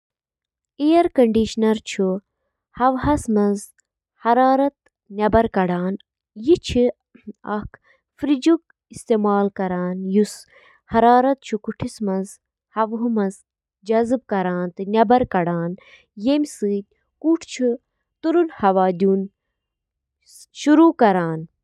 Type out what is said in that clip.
اکھ vacuum cleaner, یتھ صرف ویکیوم تہٕ ونان چِھ، چُھ اکھ یُتھ آلہ یُس قالینن تہٕ سخت فرشو پیٹھ گندگی تہٕ باقی ملبہٕ ہٹاونہٕ خاطرٕ سکشن تہٕ اکثر تحریک ہنٛد استعمال چُھ کران۔ ویکیوم کلینر، یِم گَرَن سۭتۍ سۭتۍ تجٲرتی ترتیبن منٛز تہِ استعمال چھِ یِوان کرنہٕ۔